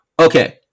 okay